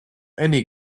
any